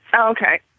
Okay